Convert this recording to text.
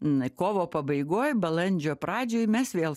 nuo kovo pabaigoj balandžio pradžioj mes vėl